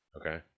okay